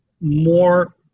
more